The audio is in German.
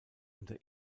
unter